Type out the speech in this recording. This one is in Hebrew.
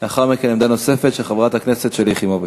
לאחר מכן, עמדה נוספת של חברת הכנסת שלי יחימוביץ.